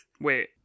Wait